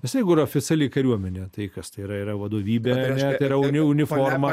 nes jeigu yra oficiali kariuomenė tai kas tai yra yra vadovybė ar ne tai yra uniforma